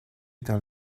dans